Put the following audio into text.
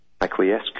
acquiesce